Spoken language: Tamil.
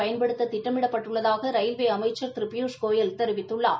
பயன்படுத்த திட்டமிடப்பட்டுள்ளதாக ரயில்வே அமைச்சர் திரு பியூஷ் கோயல் தெரிவித்துள்ளார்